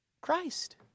Christ